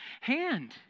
hand